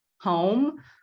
home